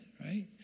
right